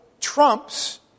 trumps